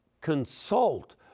consult